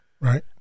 right